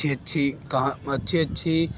अच्छी अच्छी कहा अच्छी अच्छी